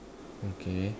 okay